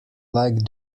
like